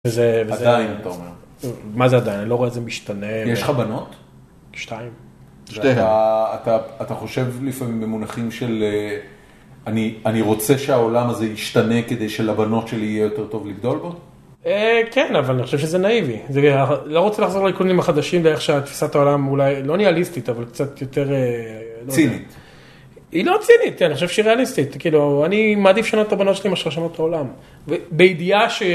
וזה, וזה... -"עדיין" אתה אומר. -מה זה עדיין? אני לא רואה את זה משתנה. -יש לך בנות? -שתיים. שתי... -אתה, אתה חושב לפעמים במונחים של: "אני רוצה שהעולם הזה ישתנה כדי שלבנות שלי יהיה יותר טוב לגדול בו"? -אה.. כן, אבל אני חושב שזה נאיבי. זה... לא רוצה לחזור לאיקונים החדשים, ואיך שהתפיסת העולם אולי לא ניהליסטית, אבל קצת יותר... -צינית -היא לא צינית, אני חושב שהיא ריאליסטית. אני מעדיף לשנות את הבנות שלי מאשר לשנות את העולם. ובידיעה ש...